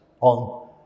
on